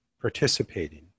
participating